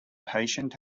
patient